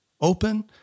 open